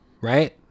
Right